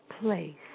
place